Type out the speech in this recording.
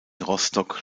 rostock